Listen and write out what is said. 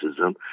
racism